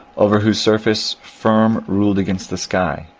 over whose surface, firm ruled against the sky,